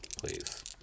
please